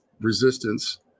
resistance